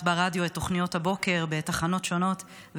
ברדיו את תוכניות הבוקר בתחנות שונות,